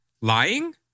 Lying